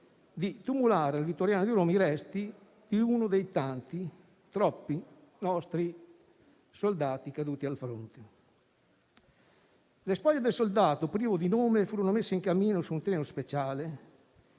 di tumulare al Vittoriano di Roma i resti di uno dei tanti, troppi nostri soldati caduti al fronte. Le spoglie del soldato privo di nome furono messe in cammino su un treno speciale,